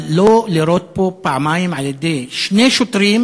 אבל לא לירות בו פעמיים על-ידי שני שוטרים